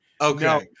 Okay